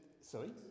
Sorry